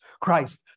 Christ